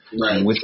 Right